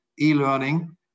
e-learning